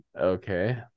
Okay